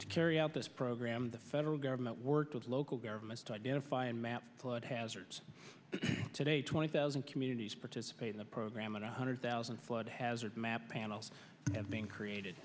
to carry out this program the federal government worked with local governments to identify and map flood hazards today twenty thousand communities participate in the program and one hundred thousand flood hazard map panels have been created